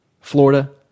Florida